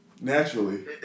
naturally